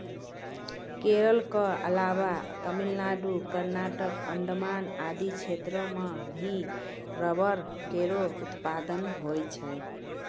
केरल क अलावा तमिलनाडु, कर्नाटक, अंडमान आदि क्षेत्रो म भी रबड़ केरो उत्पादन होय छै